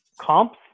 comps